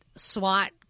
swat